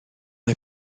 mae